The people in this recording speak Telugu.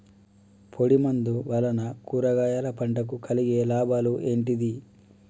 పొడిమందు వలన కూరగాయల పంటకు కలిగే లాభాలు ఏంటిది?